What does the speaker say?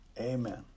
amen